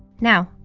now,